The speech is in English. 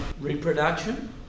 Reproduction